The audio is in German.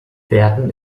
werden